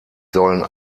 sollen